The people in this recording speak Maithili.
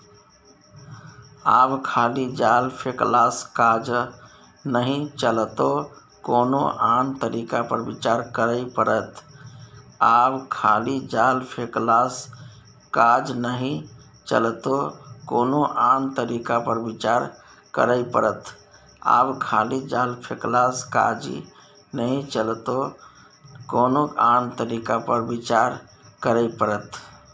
आब खाली जाल फेकलासँ काज नहि चलतौ कोनो आन तरीका पर विचार करय पड़त